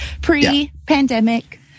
Pre-pandemic